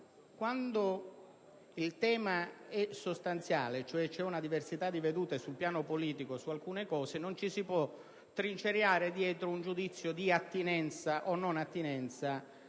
quando il tema è sostanziale, cioè c'è una diversità di vedute sul piano politico in merito ad alcune questioni, non ci si può trincerare dietro un giudizio di attinenza o non attinenza